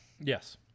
Yes